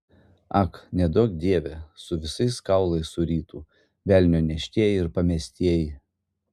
ak neduok dieve su visais kaulais surytų velnio neštieji ir pamestieji